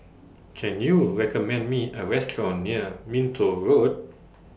Can YOU recommend Me A Restaurant near Minto Road